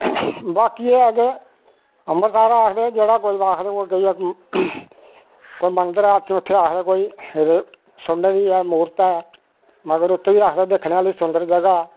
वाकी ऐ है के अमरनाथ आखदे जेहड़ा कोई उत्थै मंदर ऐ उत्थै आखदे कोई सुन्ने दी मूर्त ऐ मगर उत्थै बी आखदे दिक्खने आहली सुंदर जगह ऐ